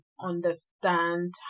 understand